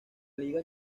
liga